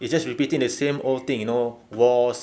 we just repeating the same old thing you know wars